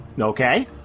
okay